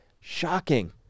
Shocking